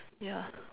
ya